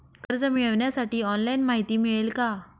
कर्ज मिळविण्यासाठी ऑनलाइन माहिती मिळेल का?